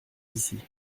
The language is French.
d’ici